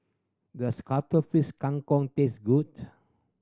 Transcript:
does Cuttlefish Kang Kong taste good